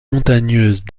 montagneuse